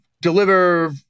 deliver